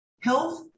Health